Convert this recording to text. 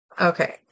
okay